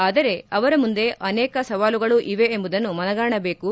ಆದರೆ ಅವರ ಮುಂದೆ ಅನೇಕ ಸವಾಲುಗಳ ಇವೇ ಎಂಬುದನ್ನು ಮನಗಾಣಬೇಕು